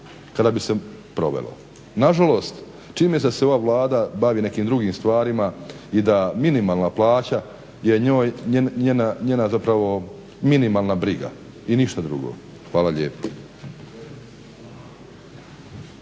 kada bi se provelo. Nažalost, čini mi se da se ova Vlada bavi nekim drugim stvarima i da minimalna plaća je njoj, njena zapravo minimalna briga i ništa drugo. Hvala lijepa.